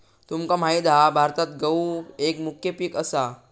तुमका माहित हा भारतात गहु एक मुख्य पीक असा